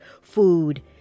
food